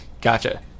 Gotcha